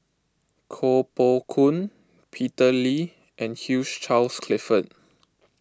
Koh Poh Koon Peter Lee and Hugh Charles Clifford